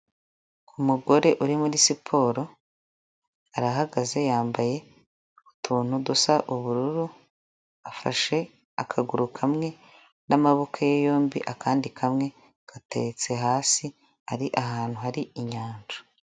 Umugore uri muri siporo arahagaze yambaye utuntu dusa ubururu afashe akaguru kamwe n'amaboko ye yombi akandi kamwe gateretse hasi ari ahantu hari inyanja.